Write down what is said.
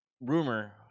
rumor